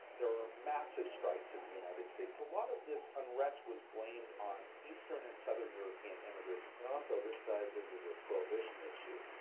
there were massive strikes in the united states. a lot of this unrest was blamed on eastern and southern european immigrants. and also this ties into the prohibition issue.